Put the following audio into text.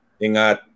Ingat